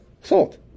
salt